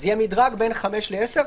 זה יהיה מדרג בין 5,000 ל-10,000,